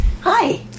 Hi